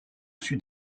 sud